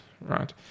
Right